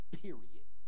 period